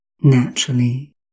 naturally